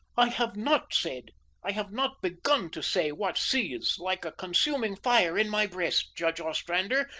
i have not said i have not begun to say what seethes like a consuming fire in my breast. judge ostrander,